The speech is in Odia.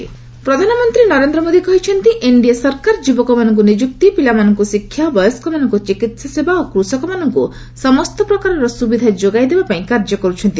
ପିଏମ୍ ପୋର୍ଟବ୍ଲେୟାର ପ୍ରଧାନମନ୍ତ୍ରୀ ନରେନ୍ଦ୍ର ମୋଦି କହିଛନ୍ତି ଏନ୍ଡିଏ ସରକାର ଯୁବକମାନଙ୍କୁ ନିଯୁକ୍ତି ପିଲାମାନଙ୍କୁ ଶିକ୍ଷା ବୟସ୍କମାନଙ୍କୁ ଚିକିତ୍ସା ସେବା ଓ କୁଷକମାନଙ୍କୁ ସମସ୍ତ ପ୍ରକାରର ସୁବିଧା ସୁଯୋଗ ଯୋଗାଇବା ପାଇଁ କାର୍ଯ୍ୟ କରୁଛନ୍ତି